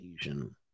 Asian